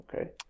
Okay